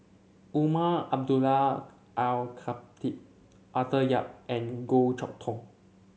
Umar Abdullah Al Khatib Arthur Yap and Goh Chok Tong